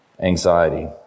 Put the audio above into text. anxiety